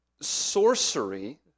Sorcery